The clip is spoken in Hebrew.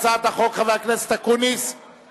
אני קובע שהצעת חוק המתווכים במקרקעין (תיקון,